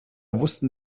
wussten